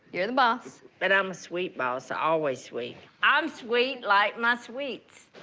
you're the boss. but i'm a sweet boss, always sweet. i'm sweet like my sweets.